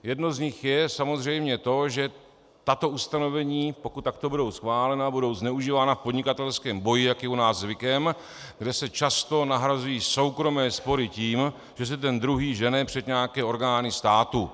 Jedno z nich je samozřejmě to, že tato ustanovení, pokud takto budou schválena, budou zneužívána v podnikatelském boji, jak je u nás zvykem, kde se často nahrazují soukromé spory tím, že se ten druhý žene před nějaké orgány státu.